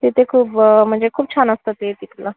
तिथे खूप म्हणजे खूप छान असतात ते तिथलं